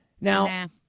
Now